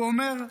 הוא אומר: